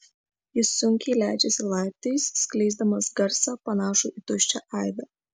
jis sunkiai leidžiasi laiptais skleisdamas garsą panašų į tuščią aidą